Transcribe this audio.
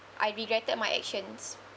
I regretted that my actions